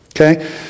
Okay